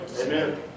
Amen